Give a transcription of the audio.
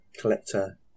collector